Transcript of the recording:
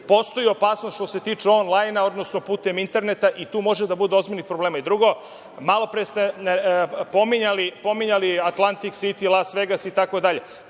Postoji opasnost što se tiče onlajna, odnosno putem interneta i tu može da bude ozbiljnih problema. Drugo, malopre ste pominjali Atlantik Siti, Las Vegas itd,